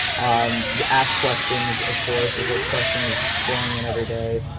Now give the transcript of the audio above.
um you ask questions of course. there's like questions pouring in every day.